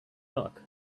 luck